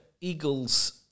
Eagles